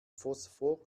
phosphor